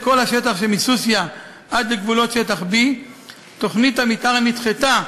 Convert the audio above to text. כל השטח שמסוסיא עד לגבולות שטח B. תוכנית המתאר נדחתה